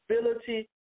ability